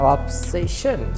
Obsession